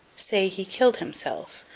say, he killed himself,